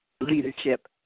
leadership